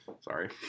Sorry